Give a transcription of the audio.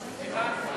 סליחה.